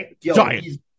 giant